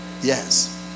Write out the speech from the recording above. yes